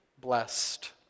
blessed